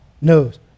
knows